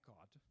God